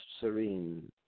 serene